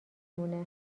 مونه